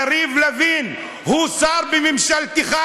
יריב לוין הוא שר בממשלתך,